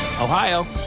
Ohio